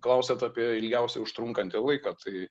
klausėt apie ilgiausia užtrunkantį laiką tai